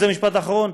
זה משפט אחרון,